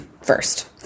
first